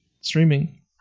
streaming